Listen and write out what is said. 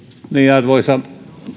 arvoisa